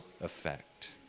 effect